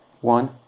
One